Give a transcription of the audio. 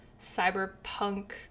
cyberpunk